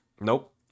nope